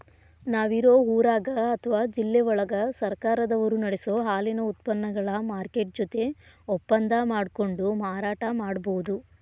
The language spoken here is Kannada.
ನಾವ್ ಇರೋ ಊರಾಗ ಅತ್ವಾ ಜಿಲ್ಲೆವಳಗ ಸರ್ಕಾರದವರು ನಡಸೋ ಹಾಲಿನ ಉತ್ಪನಗಳ ಮಾರ್ಕೆಟ್ ಜೊತೆ ಒಪ್ಪಂದಾ ಮಾಡ್ಕೊಂಡು ಮಾರಾಟ ಮಾಡ್ಬಹುದು